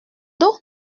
d’eau